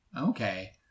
okay